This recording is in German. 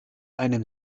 einem